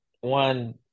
one